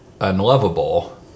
unlovable